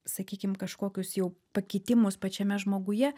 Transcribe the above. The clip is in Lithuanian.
sakykim kažkokius jau pakitimus pačiame žmoguje